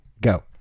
Go